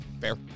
Fair